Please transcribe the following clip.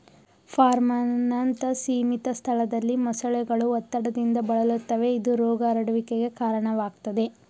ಫಾರ್ಮ್ನಂತ ಸೀಮಿತ ಸ್ಥಳದಲ್ಲಿ ಮೊಸಳೆಗಳು ಒತ್ತಡದಿಂದ ಬಳಲುತ್ತವೆ ಇದು ರೋಗ ಹರಡುವಿಕೆಗೆ ಕಾರಣವಾಗ್ತದೆ